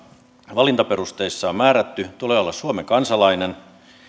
valintaperusteissa on määrätty että tulee olla suomen kansalainen